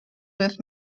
with